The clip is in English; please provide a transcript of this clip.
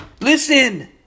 Listen